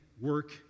work